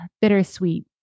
bittersweet